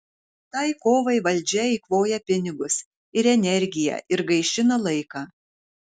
tai kovai valdžia eikvoja pinigus ir energiją ir gaišina laiką